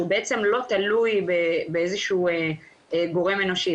שהוא בעצם לא תלוי בגורם אנושי,